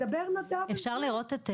אומר נדב שהם יעשו מודל וייצרו כל מיני כללים,